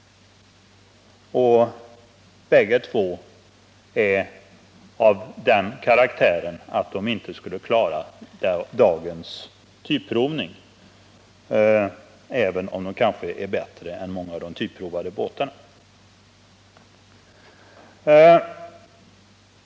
Bägge är av den karaktären att de inte skulle klara dagens typprovning, även om de är bättre än många av de typprovade båtarna.